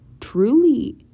truly